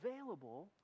available